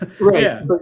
Right